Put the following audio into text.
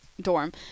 dorm